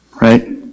Right